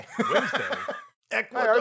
Wednesday